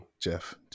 Jeff